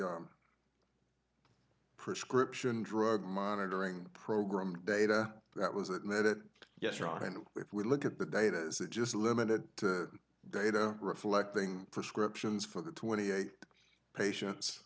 the prescription drug monitoring program data that was that yes wrong and if we look at the data is it just limited to data reflecting prescriptions for the twenty eight patients